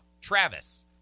Travis